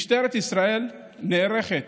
משטרת ישראל נערכת,